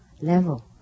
level